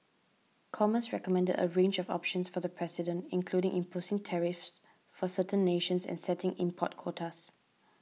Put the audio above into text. commerce recommended a range of options for the president including imposing tariffs for certain nations and setting import quotas